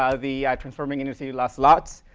ah the transforming inner city lost lots,